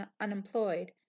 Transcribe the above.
unemployed